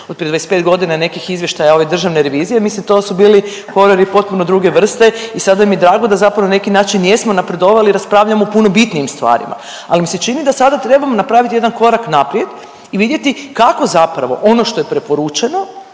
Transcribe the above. od prije 25 godina nekih izvještaja ove državne revizije, mislim to su bili horori potpuno druge vrste i sada mi je drago da zapravo na neki način jesmo napredovali i raspravljamo o puno bitnijim stvarima, ali mi se čini da sada trebamo napraviti jedan korak naprijed i vidjeti kako zapravo ono što je preporučeno